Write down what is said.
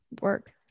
work